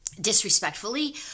disrespectfully